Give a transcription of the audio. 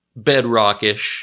bedrockish